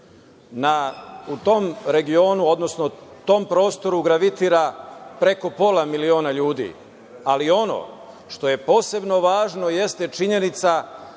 U tom regionu, odnosno u tom prostoru gravitira preko pola miliona ljudi, ali ono što je posebno važno jeste činjenica